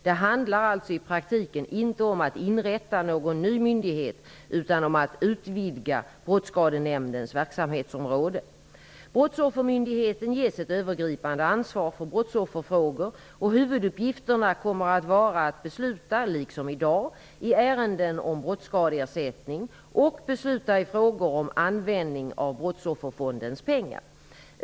Det handlar alltså i praktiken inte om att inrätta någon ny myndighet utan om att utvidga Brottsoffermyndigheten ges ett övergripande ansvar för brottsofferfrågor och huvuduppgifterna kommer att vara att besluta, liksom i dag, i ärenden om brottsskadeersättning och besluta i frågor om användning av brottsofferfondens pengar.